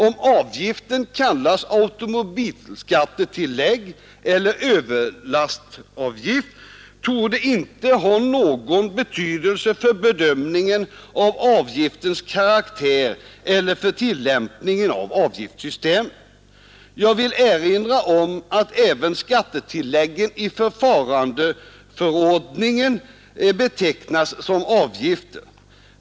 Om avgiften kallas automobilskattetillägg eller överlastavgift torde inte ha någon betydelse för bedömningen av avgiftens karaktär eller för tillämpningen av avgiftssystemet. Jag vill erinra om att även skattetilläggen i förfarandeförordningen betecknas som avgifter.